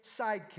sidekick